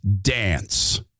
dance